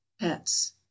Pets